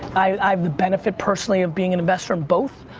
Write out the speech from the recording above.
i have the benefit, personally, of being an investor in both.